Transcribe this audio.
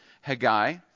Haggai